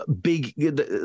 big